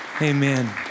Amen